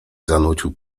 zanucił